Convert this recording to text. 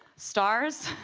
stars,